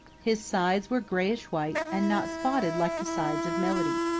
his sides were grayish-white and not spotted like the sides of melody.